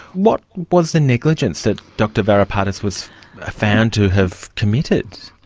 what was the negligence that dr varipatis was ah found to have committed?